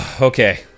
Okay